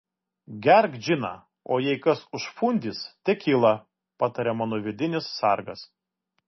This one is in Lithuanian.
gerk džiną o jei kas užfundys tekilą pataria mano vidinis sargas